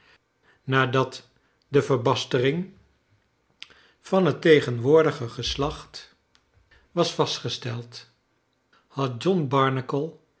nadat de verbastering van het tegenwoordige geslacht was vastgesteld had john